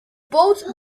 spoke